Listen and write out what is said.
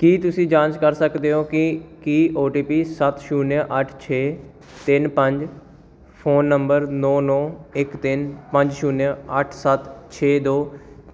ਕੀ ਤੁਸੀਂ ਜਾਂਚ ਕਰ ਸਕਦੇ ਹੋ ਕਿ ਕੀ ਓ ਟੀ ਪੀ ਸੱਤ ਸ਼ੂਨਿਆ ਅੱਠ ਛੇ ਤਿੰਨ ਪੰਜ ਫ਼ੋਨ ਨੰਬਰ ਨੌਂ ਨੌਂ ਇੱਕ ਤਿੰਨ ਪੰਜ ਸ਼ੂਨਿਆ ਅੱਠ ਸੱਤ ਛੇ ਦੋ